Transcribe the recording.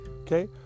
okay